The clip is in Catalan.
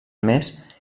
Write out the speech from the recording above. més